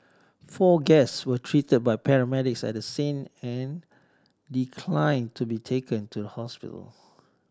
four guest were treated by paramedics at the scene and declined to be taken to the hospital